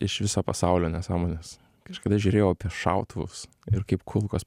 iš viso pasaulio nesąmonės kažkada žiūrėjau apie šautuvus ir kaip kulkos